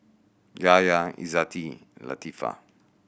Yahya Izzati Latifa